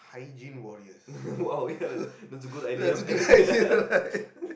hygiene warriors that's a good idea right